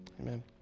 Amen